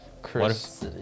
Chris